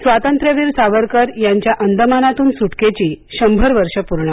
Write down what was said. स्वातंत्र्यवीर सावरकर यांच्या अंदमानातून सूटकेची शंभर वर्षे पूर्ण